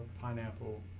pineapple